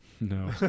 No